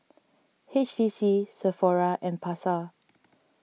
H T C Sephora and Pasar